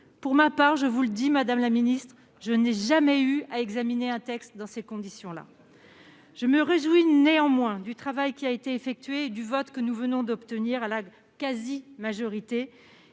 Pour ma part, je tiens à vous le dire, je n'ai jamais eu à examiner un texte dans de telles conditions. Je me réjouis néanmoins du travail qui a été effectué et du vote que nous venons d'obtenir, à la quasi-unanimité.